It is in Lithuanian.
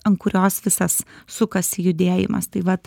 ant kurios visas sukasi judėjimas tai vat